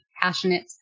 passionate